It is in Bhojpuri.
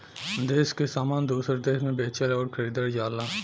देस के सामान दूसर देस मे बेचल अउर खरीदल जाला